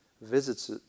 visits